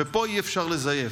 ופה אי-אפשר לזייף.